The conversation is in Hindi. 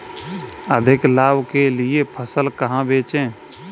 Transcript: अधिक लाभ के लिए फसल कहाँ बेचें?